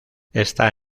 está